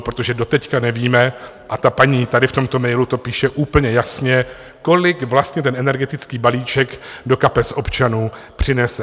Protože doteď nevíme, a ta paní tady v tomto mailu to píše úplně jasně, kolik vlastně ten energetický balíček do kapes občanů přinese.